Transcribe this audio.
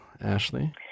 Ashley